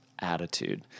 attitude